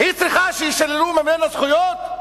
היא צריכה שיישללו ממנה זכויות?